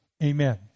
Amen